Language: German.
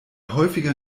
häufiger